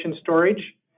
storage